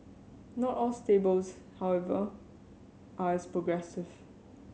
not all stables however are as progressive